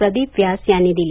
प्रदीप व्यास यांनी दिली